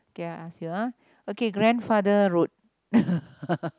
okay I ask you ah okay grandfather road